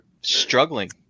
struggling